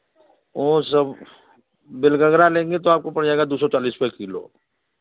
ओ सब बिल गगरा लेंगे तो आपको पड़ जाएगा दो सौ चालीस रुपया किलो